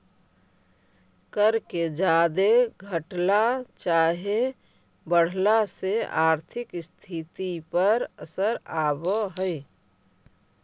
कर के जादे घटला चाहे बढ़ला से आर्थिक स्थिति पर असर आब हई